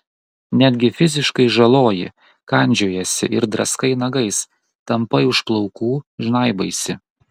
netgi fiziškai žaloji kandžiojiesi ir draskai nagais tampai už plaukų žnaibaisi